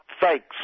thanks